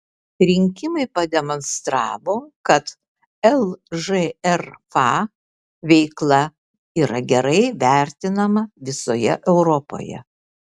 rinkimai pademonstravo kad lžrf veikla yra gerai vertinama visoje europoje